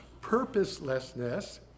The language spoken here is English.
purposelessness